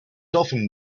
often